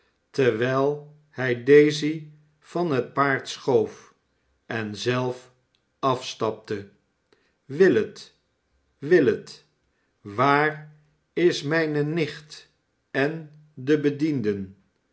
terwijl hij daisy van het paard schoof en zelf afstapte willet willet waar is mijne nicht en de bedienden